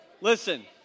Listen